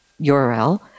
URL